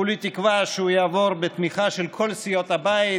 כולי תקווה שהוא יעבור בתמיכה של כל סיעות הבית,